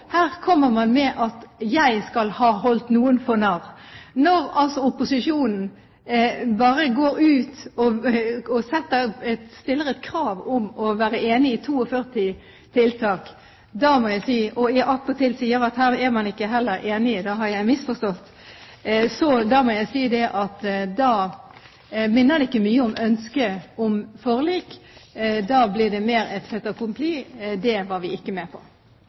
Her kommer man med at jeg skal ha holdt noen for narr, når opposisjonen bare går ut og stiller krav om at man skal være enig i 42 tiltak, og attpåtil sier at her er man heller ikke enig, da har jeg misforstått. Da må jeg si at det minner ikke mye om et ønske om forlik. Da blir det mer et fait accompli. Det var vi ikke med på.